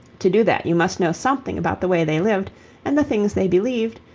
to do that you must know something about the way they lived and the things they believed,